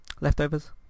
Leftovers